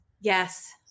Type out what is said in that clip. Yes